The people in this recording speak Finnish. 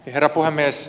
herra puhemies